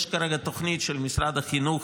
יש כרגע תוכנית של משרד החינוך,